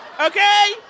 okay